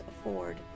afford